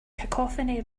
cacophony